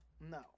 no